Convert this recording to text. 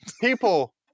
people